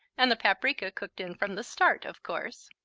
and the paprika cooked in from the start, of course.